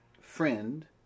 friend